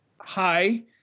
hi